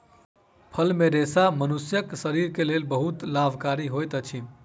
फल मे रेशा मनुष्यक शरीर के लेल बहुत लाभकारी होइत अछि